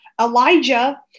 Elijah